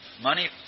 Money